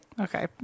Okay